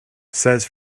says